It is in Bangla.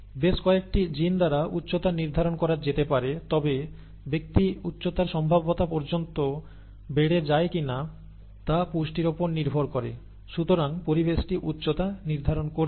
বেশ কয়েকটি জিন দ্বারা উচ্চতা নির্ধারণ করা যেতে পারে তবে ব্যক্তি উচ্চতার সম্ভাব্যতা পর্যন্ত বেড়ে যায় কিনা তা পুষ্টির উপর নির্ভর করে সুতরাং পরিবেশটি উচ্চতা নির্ধারণ করছে